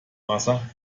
wasser